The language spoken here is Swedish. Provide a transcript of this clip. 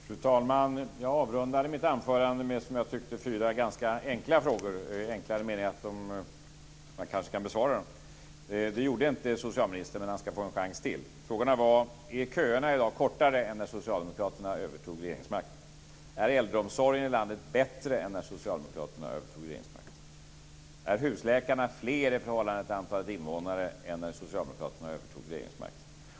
Fru talman! Jag avrundade mitt anförande med, som jag tyckte, fyra ganska enkla frågor. De var enkla i den meningen att man kanske kan besvara dem. Det gjorde inte socialministern, men han ska få en chans till. Är köerna i dag kortare än när socialdemokraterna övertog regeringsmakten? Är äldreomsorgen i landet bättre än när socialdemokraterna övertog regeringsmakten? Är husläkarna fler i förhållande till antalet invånare än när socialdemokraterna övertog regeringsmakten?